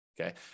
Okay